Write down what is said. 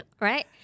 Right